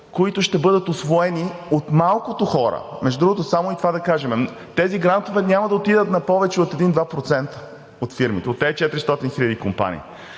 които ще бъдат усвоени от малкото хора. Между другото, само и това да кажем: тези грантове няма да отидат на повече от 1 – 2% от фирмите, от тези 400 хиляди компании.